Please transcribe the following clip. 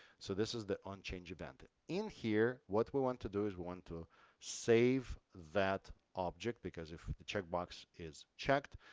so this is the unchanged event in here. what we want to do is we want to save that object, because if the checkbox is checked,